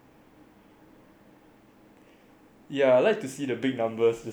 ya I like to see just the big numbers coming up